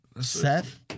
Seth